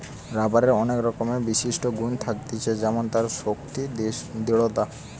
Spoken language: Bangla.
রাবারের অনেক রকমের বিশিষ্ট গুন থাকতিছে যেমন তার শক্তি, দৃঢ়তা